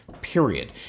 period